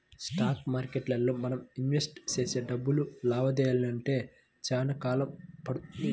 stock మార్కెట్టులో మనం invest చేసే డబ్బులు లాభాలనియ్యాలంటే చానా కాలం పడుతుంది